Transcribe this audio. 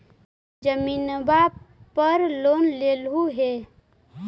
जमीनवा पर लोन लेलहु हे?